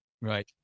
Right